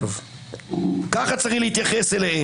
ככה צריך להתייחס אליהם.